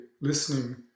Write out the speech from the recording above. listening